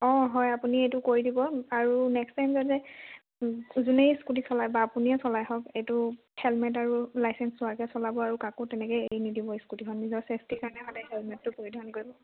অঁ হয় আপুনি এইটো কৰি দিব আৰু নেস্ক টাইম যাতে যোনেই ইস্কুটী চলায় বা আপুনিয়ে চলায় আহক এইটো হেলমেট আৰু লাইচেন্স হোৱাকৈ চলাব আৰু কাকো তেনেকৈ এৰি নিদিব ইস্কুটীখন নিজৰ চেফ্টিৰ কাৰণে সদায় হেলমেটো পৰিধান কৰিব